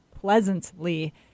pleasantly